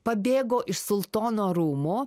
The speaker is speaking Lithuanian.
pabėgo iš sultono rūmų